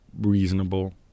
reasonable